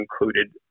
included